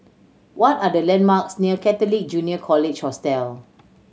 what are the landmarks near Catholic Junior College Hostel